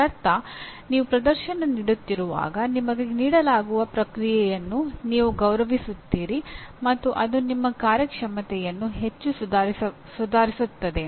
ಇದರರ್ಥ ನೀವು ಪ್ರದರ್ಶನ ನೀಡುತ್ತಿರುವಾಗ ನಿಮಗೆ ನೀಡಲಾಗುವ ಪ್ರತಿಕ್ರಿಯೆಯನ್ನು ನೀವು ಗೌರವಿಸುತ್ತೀರಿ ಮತ್ತು ಅದು ನಿಮ್ಮ ಕಾರ್ಯಕ್ಷಮತೆಯನ್ನು ಹೆಚ್ಚು ಸುಧಾರಿಸುತ್ತದೆ